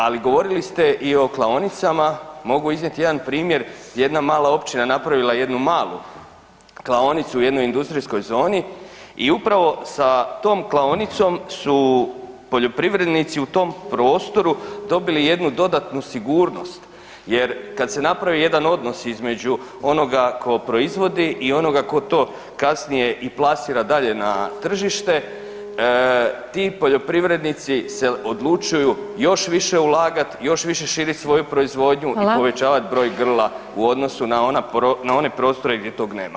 Ali govorili ste i o klaonicama, mogu iznijet jedan primjer gdje je jedna mala općina napravila jednu malu klaonicu u jednoj industrijskoj zoni i upravo sa tom klaonicom su poljoprivrednici u tom prostoru dobili jednu dodatnu sigurnost jer kad se napravi jedan odnos između onoga ko proizvodi i onoga ko to kasnije i plasira dalje na tržište ti poljoprivrednici se odlučuju još više ulagat, još više širit svoju [[Upadica: Hvala]] i povećavat broj grla u odnosu na ona, na one prostore gdje toga nema.